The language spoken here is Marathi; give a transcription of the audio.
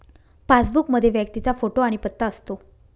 पासबुक मध्ये व्यक्तीचा फोटो आणि पत्ता असतो